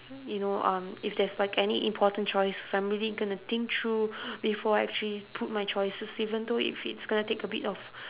you know um if there is like any important choices I am really going to think through before I actually put my choices even though if it's going to take a bit of